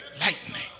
lightning